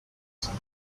people